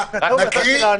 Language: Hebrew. להקריא?